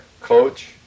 coach